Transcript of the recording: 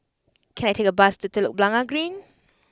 can I take a bus to Telok Blangah Green